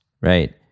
right